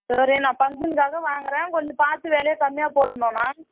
சரிண்ணா நான் ஃபங்க்ஷனுக்காக வாங்குறேன் கொஞ்சம் பார்த்து வெலையை கம்மியாக போடணும்ணா